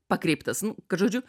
pakreiptas nu žodžiu